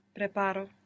preparo